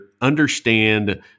understand